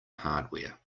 hardware